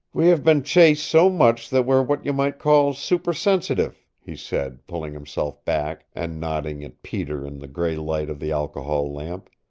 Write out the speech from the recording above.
we have been chased so much that we're what you might call super-sensitive, he said, pulling himself back and nodding at peter in the gray light of the alcohol lamp.